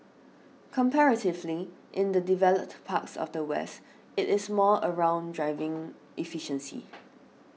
comparatively in the developed parts of the West it is more around driving efficiency